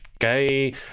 Gay